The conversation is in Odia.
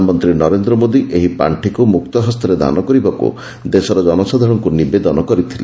ପ୍ରଧାନମନ୍ତ୍ରୀ ନରେନ୍ଦ୍ର ମୋଦି ଏହି ପାର୍ଷିକୁ ମୁକ୍ତ ହସ୍ତରେ ଦାନ କରିବାକୁ ଦେଶର ଜନସାଧାରଣଙ୍କୁ ନିବେଦନ କରିଥିଲେ